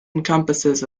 encompasses